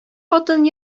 хатын